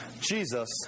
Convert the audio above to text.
Jesus